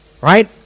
right